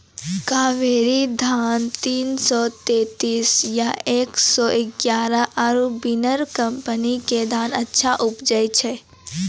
कावेरी धान तीन सौ तेंतीस या एक सौ एगारह आरु बिनर कम्पनी के धान अच्छा उपजै छै?